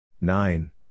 nine